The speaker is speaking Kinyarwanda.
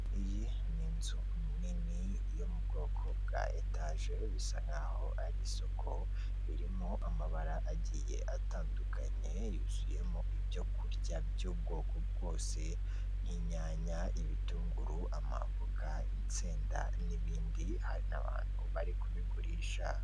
Iyi ni inzu nini yo mu bwoko bwa etaje bisa nk'aho ari isoko, irimo amabara agiye atandukanye yuzuyemo ibyokurya by'ubwoko bwose, n'inyanya, ibitunguru, amavoka, insenda, n'ibindi hari n'abantu bari kubigurisha.